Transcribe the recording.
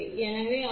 எனவே ஆர்